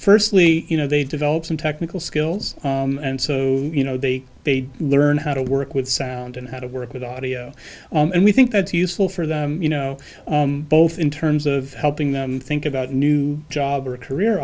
firstly you know they develop some technical skills and so you know they bade learn how to work with sound and how to work with audio and we think that's useful for them you know both in terms of helping them think about new job or career